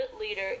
leader